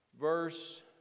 verse